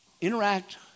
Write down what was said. interact